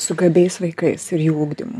su gabiais vaikais ir jų ugdymu